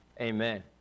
Amen